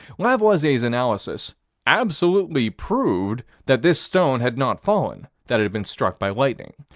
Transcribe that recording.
lavoisier's analysis absolutely proved that this stone had not fallen that it been struck by lightning.